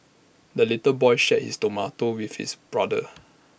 the little boy shared his tomato with his brother